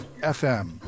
fm